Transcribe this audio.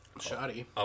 Shoddy